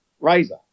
Razor